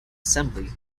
assembly